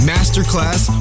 Masterclass